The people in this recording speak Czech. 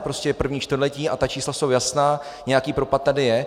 Prostě je první čtvrtletí a ta čísla jsou jasná, nějaký propad tady je.